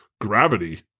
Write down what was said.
Gravity